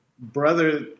brother